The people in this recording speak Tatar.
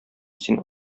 син